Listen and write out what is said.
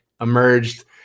emerged